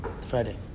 Friday